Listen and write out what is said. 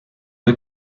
the